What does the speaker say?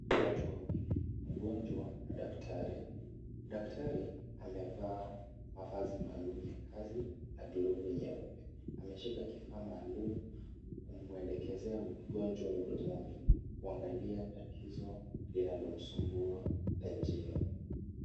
Watu wawili, mgonjwa na daktari. Daktari amevaa mavazi maalum ya kazi na glovu nyeupe. Ameshika kifaa maalum kumuelekezea mgonjwa mdomoni, kuangalia tatizo linalomsumbua la jino.